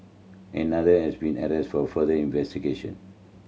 another has been arrested for further investigation